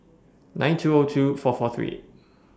nine two O two four four three eight